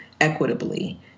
equitably